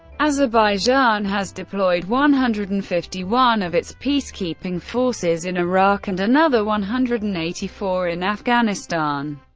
azerbaijan has deployed one hundred and fifty one of its peacekeeping forces in iraq and another one hundred and eighty four in afghanistan.